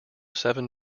seven